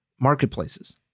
marketplaces